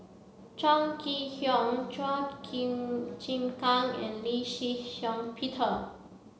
Chong Kee Hiong Chua Chim Chin Kang and Lee Shih Shiong Peter